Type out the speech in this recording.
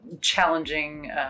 challenging